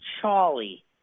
Charlie